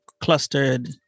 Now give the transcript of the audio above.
clustered